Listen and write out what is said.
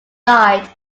died